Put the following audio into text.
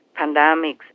pandemics